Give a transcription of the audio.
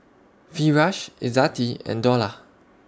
Firash Izzati and Dollah